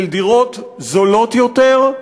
של דירות זולות יותר,